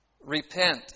Repent